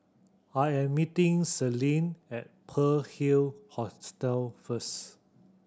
I am meeting Celine at Pearl Hill Hostel first